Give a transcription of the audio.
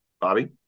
Bobby